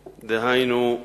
דהיינו,